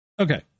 Okay